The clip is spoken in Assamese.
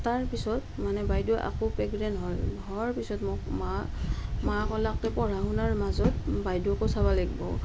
তাৰপিছত মানে বাইদেউ আকৌ প্ৰেগনেণ্ট হ'ল হোৱাৰ পিছত মোক মা মায়ে ক'লাক কি পঢ়া শুনাৰ মাজত বাইদেউকো চাব লাগিব